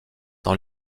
dans